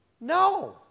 No